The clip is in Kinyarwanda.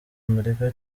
amerika